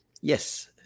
Yes